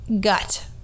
gut